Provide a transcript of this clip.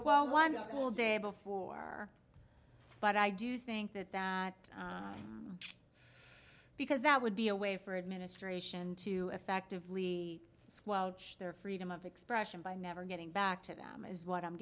well one school day before but i do think that that because that would be a way for administration to effectively squelch their freedom of expression by never getting back to them is what i'm